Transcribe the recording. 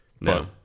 no